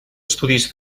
estudis